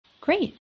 Great